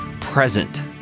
present